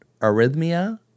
arrhythmia